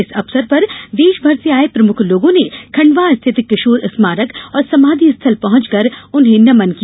इस अवसर पर देश भर से आये प्रमुख लोगों ने खंडवा स्थित किशोर स्मारक और समाधि स्थल पहुंचकर उन्हें नमन किया